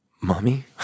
Mommy